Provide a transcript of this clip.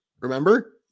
remember